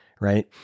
right